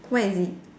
where is it